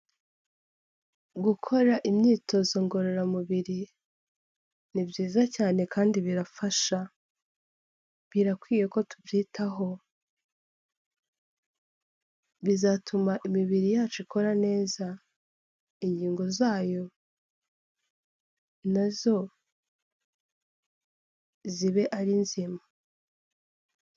Gukora imyitozo ngororamubiri, ni byiza cyane kandi birafasha, birakwiye ko tubyitaho, bizatuma imabiri yacu ikora neza, ingingo zayo na zo zibe ari nzima.